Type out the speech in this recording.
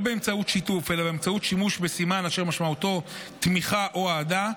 באמצעות שיתוף אלא באמצעות שימוש בסימן אשר משמעותו תמיכה או אהדה,